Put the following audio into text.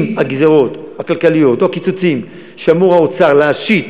אם הגזירות הכלכליות או הקיצוצים שאמור האוצר להשית